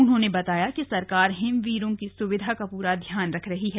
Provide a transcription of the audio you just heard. उन्होंने बताया कि सरकार हिमवीरों की सुविधा का पूरा ध्यान रख रही है